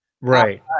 Right